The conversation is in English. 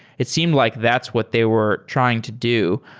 it seemed like that's what they were trying to do.